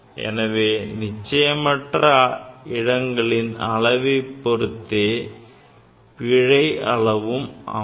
எனவே நிச்சயமற்ற இடங்களின் அளவைப் பொருத்தே பிழை அளவும் அமையும்